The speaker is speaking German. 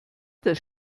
das